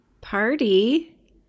party